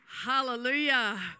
Hallelujah